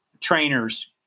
Trainers